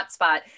hotspot